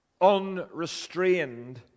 unrestrained